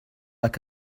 like